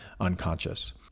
unconscious